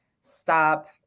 stop